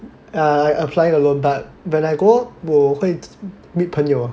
ah I apply it alone but when I go 我会 meet 朋友